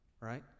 right